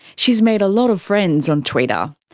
she's made a lot of friends on twitter.